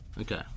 Okay